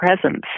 presence